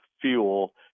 fuel